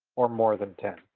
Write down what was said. or more than ten.